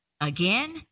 again